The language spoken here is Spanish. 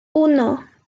uno